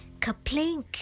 ka-plink